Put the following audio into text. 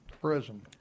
prison